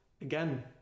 again